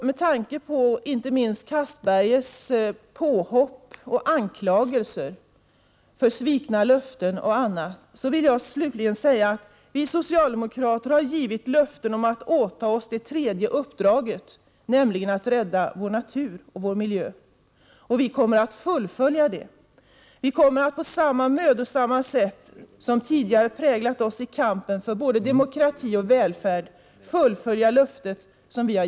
Med tanke på inte minst Anders Castbergers påhopp — hans anklagelser för svikna löften och annat — vill jag slutligen säga att vi socialdemokrater har givit löftet att åta oss det tredje uppdraget, nämligen att rädda vår natur och vår miljö. Och detta löfte som vi har givit människorna kommer vi att uppfylla på samma mödosamma sätt som tidigare har präglat vår kamp för både demokrati och välfärd.